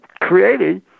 created